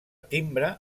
timbre